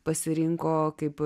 pasirinko kaip